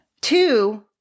Two